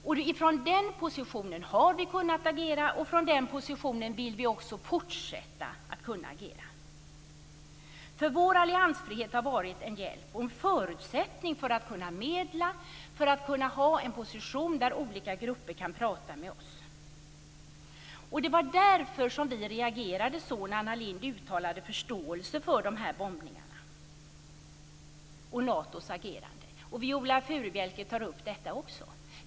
Det är utifrån den positionen som vi har kunnat agera, och vi vill också kunna fortsätta att agera utifrån den positionen. Vår alliansfrihet har varit en hjälp och en förutsättning för att kunna medla, för att ha en position där olika grupper kan prata med oss. Det var därför som vi reagerade när Anna Lindh uttalade förståelse för bombningarna och Natos agerande. Också Viola Furubjelke tar upp detta.